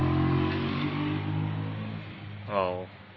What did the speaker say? !wow!